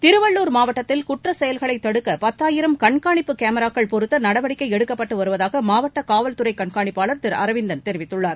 திருவள்ளூர் மாவட்டத்தில் குற்றச் செயல்களைத் தடுக்க பத்தாயிரம் கண்காணிப்பு கேமராக்கள் பொருத்த நடவடிக்கை எடுக்கப்பட்டு வருவதாக மாவட்ட காவல்துறைக் கண்காணிப்பாளர் திரு அரவிந்தன் தெரிவித்துள்ளார்